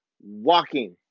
walking